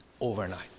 Overnight